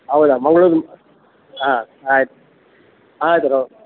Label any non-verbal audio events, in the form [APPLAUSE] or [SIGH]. ಹೌದ ಮಂಗ್ಳೂರು ಹಾಂ ಆಯ್ತು ಆಯಿತು [UNINTELLIGIBLE]